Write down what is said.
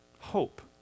hope